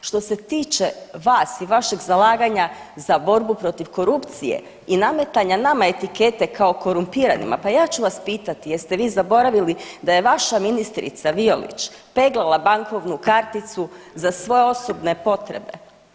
Što se tiče vas i vašeg zalaganja za borbu protiv korupcije, i nametanja nama etikete kao korumpiranima, pa ja ću vas pitati jeste vi zaboravili da je vaša ministrica Violić, peglala bankovnu karticu za svoje osobne potrebe?